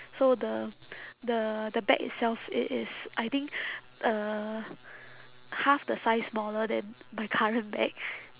so the the the bag itself its is I think uh half the size smaller than my current bag